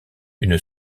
une